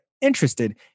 interested